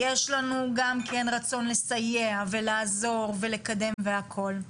יש לנו גם רצון לסייע ולעזור ולקדם והכול.